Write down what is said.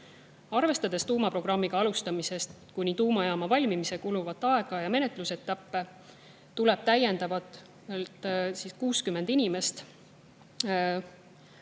Arvestades tuumaprogrammiga alustamisest kuni tuumajaama valmimiseni kuluvat aega ja menetlusetappe, tuleb sinna asutusse